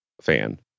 fan